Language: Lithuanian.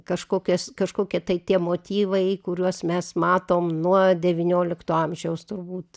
kažkokias kažkokie tai tie motyvai kuriuos mes matom nuo devyniolikto amžiaus turbūt